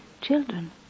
children